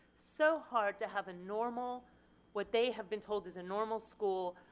so hard to have a normal what they have been told is a normal school,